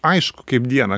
aišku kaip dieną